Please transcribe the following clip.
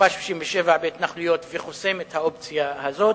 שנכבש ב-1967 בהתנחלויות וחוסם את האופציה הזאת.